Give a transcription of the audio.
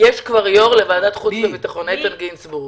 איתן גינזבורג.